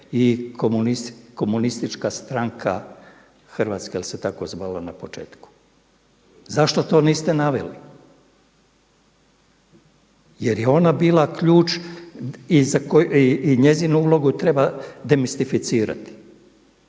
i Komunistička stranka Hrvatske jer se tako zvala na početku. Zašto to niste naveli? Jer je ona bila ključ i njezinu ulogu treba demistificirati,